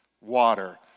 water